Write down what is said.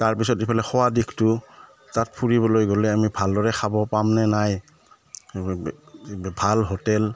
তাৰপিছত ইফালে খোৱা দিশটো তাত ফুৰিবলৈ গ'লে আমি ভালদৰে খাব পামনে নাই ভাল হোটেল